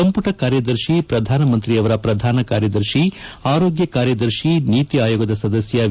ಸಂಪುಟ ಕಾರ್ಯದರ್ಶಿ ಪ್ರಧಾನಮಂತ್ರಿಯವರ ಪ್ರಧಾನ ಕಾರ್ಯದರ್ಶಿ ಆರೋಗ್ಯ ಕಾರ್ಯದರ್ಶಿ ನೀತಿ ಆಯೋಗದ ಸದಸ್ಯ ವಿ